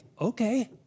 okay